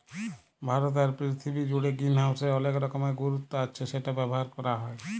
ভারতে আর পীরথিবী জুড়ে গ্রিনহাউসের অলেক রকমের গুরুত্ব আচ্ছ সেটা ব্যবহার ক্যরা হ্যয়